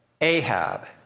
Ahab